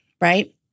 right